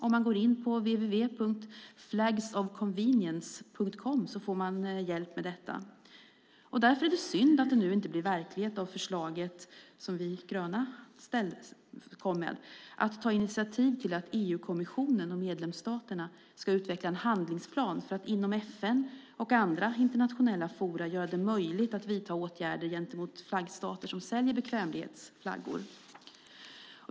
Om man går in på www.flagsofconvenience.com får man hjälp med detta. Därför är det synd att det förslag vi gröna lade fram inte blir verklighet, nämligen att ta initiativ till att EU-kommissionen och medlemsstaterna ska utveckla en handlingsplan för att inom FN och andra internationella forum göra det möjligt att vidta åtgärder gentemot flaggstater som säljer bekvämlighetsflaggor.